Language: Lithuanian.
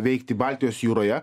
veikti baltijos jūroje